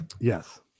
Yes